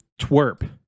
twerp